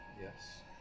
Yes